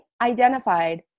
identified